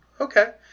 Okay